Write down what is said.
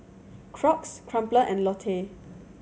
Crocs Crumpler and Lotte